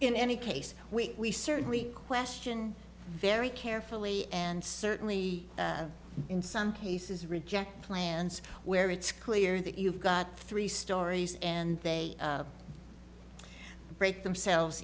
in any case we certainly question very carefully and certainly in some cases reject plans where it's clear that you've got three stories and they break themselves